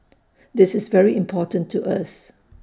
this is very important to us